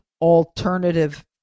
alternative